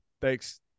Thanks